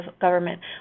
government